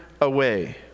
away